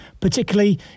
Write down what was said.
particularly